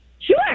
Sure